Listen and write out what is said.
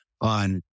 on